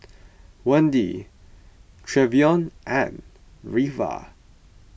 Wendy Trevion and Reva